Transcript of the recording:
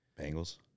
Bengals